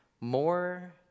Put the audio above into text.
more